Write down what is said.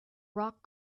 rock